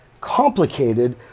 complicated